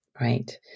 Right